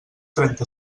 trenta